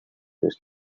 his